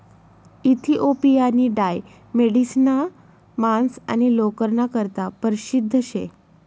इथिओपियानी डाय मेढिसना मांस आणि लोकरना करता परशिद्ध शे